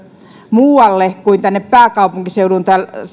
muualle kuin tänne pääkaupunkiseudulle